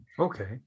Okay